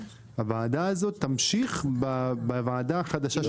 הוועדה הזאת תמשיך בוועדה החדשה שתקום.